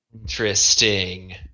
Interesting